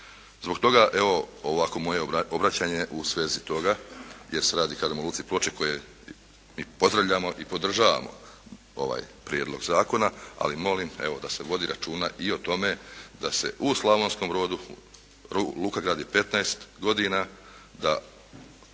Zbog toga evo ovako moje obraćanje u svezi toga jer se radi kažem o Luci Ploče koje mi pozdravljamo i podržavamo ovaj prijedlog zakona, ali molim evo da se vodi računa i o tome da se u Slavonskom Brodu luka gradi 15 godina, da